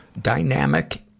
dynamic